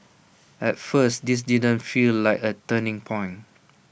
at first this didn't feel like A turning point